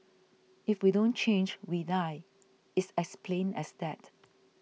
if we don't change we die it's as plain as that